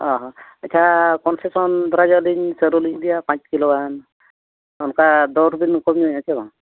ᱚᱼᱦᱚ ᱟᱪᱪᱷᱟ ᱠᱚᱢ ᱥᱮ ᱠᱚᱢ ᱫᱷᱚᱨᱟ ᱡᱟᱠ ᱟᱹᱞᱤᱧ ᱥᱟᱹᱨᱩᱞᱤᱧ ᱤᱫᱤᱭᱟ ᱯᱟᱸᱪ ᱠᱤᱞᱳᱜᱟᱱ ᱚᱱᱠᱟ ᱫᱚᱨᱵᱤᱱ ᱠᱚᱢᱧᱚᱜᱮᱫᱼᱟ ᱥᱮ ᱵᱟᱝ